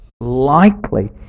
likely